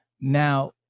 Now